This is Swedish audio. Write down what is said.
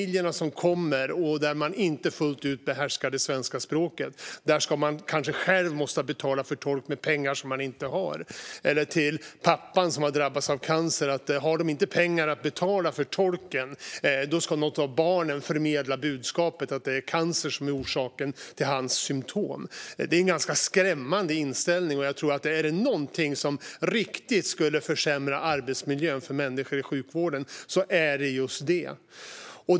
Barnfamiljer som inte fullt ut behärskar svenska språket måste själva betala för tolk med pengar som de inte har. För den pappa som har drabbats av cancer och som inte har pengar till tolken ska något av barnen förmedla budskapet att det är cancer som är orsaken till hans symtom. Det är en skrämmande inställning. Om det är något som riktigt skulle försämra arbetsmiljön för människor i sjukvården är det detta.